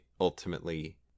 ultimately